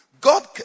God